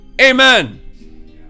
amen